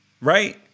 Right